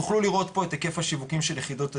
תוכלו לראות פה את היקף השיווקים של יחידות הדיור,